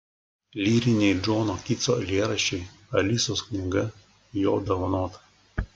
lyriniai džono kitso eilėraščiai alisos knyga jo dovanota